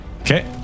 Okay